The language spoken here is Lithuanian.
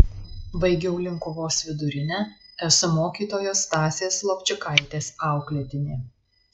baigiau linkuvos vidurinę esu mokytojos stasės lovčikaitės auklėtinė